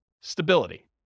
stability